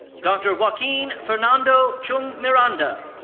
dr. joaquin fernando chung miranda.